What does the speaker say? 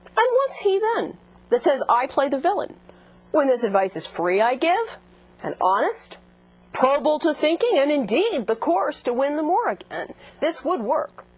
um what's he then that says i play the villain when this advice is free i give an honest probable to thinking and indeed the course to win the moor again this would work